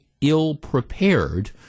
ill-prepared